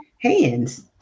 hands